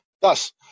Thus